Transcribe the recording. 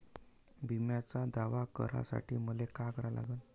बिम्याचा दावा करा साठी मले का करा लागन?